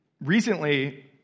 recently